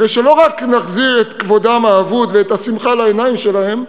הרי שלא רק נחזיר להם את כבודם האבוד ואת השמחה לעיניים שלהם,